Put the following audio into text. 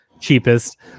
cheapest